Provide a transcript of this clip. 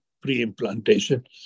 pre-implantation